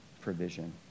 provision